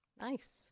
Nice